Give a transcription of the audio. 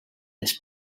les